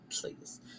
please